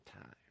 time